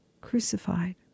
crucified